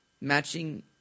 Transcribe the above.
matching